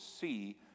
see